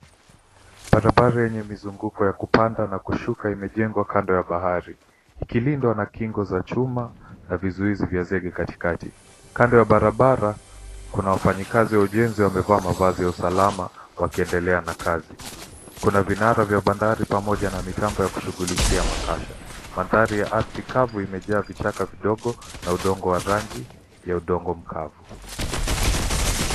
Barabara yenye mizunguko ya kupanda na kushuka imejengwa kando ya bahari ikilindwa na kingo za chuma na vizuizi vya zege katikati. Kando ya barabara kuna wafanyikazi wa ujenzi wamevaa mavazi ya usalama wakiendelea na kazi. Kuna vinara vya bandari pamoja na mitambo ya kushughulikia makasha. Mandhari ya ardhi kavu imejaa vichaka vidogo na udongo wa rangi ya udongo mkavu.